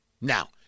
Now